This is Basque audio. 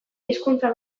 hizkuntza